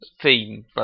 theme